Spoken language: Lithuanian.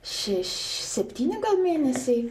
šeš septyni mėnesiai